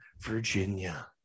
Virginia